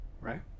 right